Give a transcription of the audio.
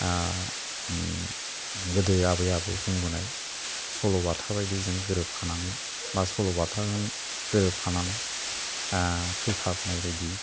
गोदो आबै आबौ बुंबोनाय सल'बाथा बायदि जों गोरोबफानानै बा सल'बाथा जों गोरोबफानानै फैफानाय बायदि